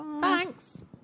Thanks